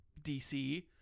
dc